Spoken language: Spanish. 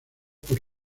por